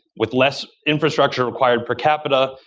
with less infrastructure required per capita,